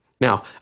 Now